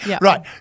Right